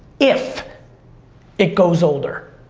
if it goes older,